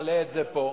לכן אני מעלה את זה פה.